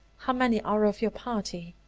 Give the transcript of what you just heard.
how many are of your party?